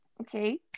Okay